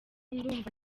ndumva